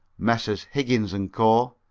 messrs. higgins and co,